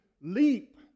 leap